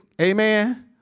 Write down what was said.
amen